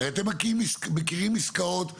הרי, אתם מכירים עסקאות תקועות.